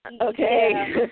Okay